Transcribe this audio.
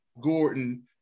Gordon